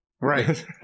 Right